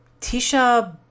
Tisha